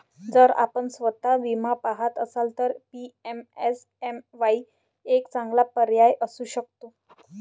जर आपण स्वस्त विमा पहात असाल तर पी.एम.एस.एम.वाई एक चांगला पर्याय असू शकतो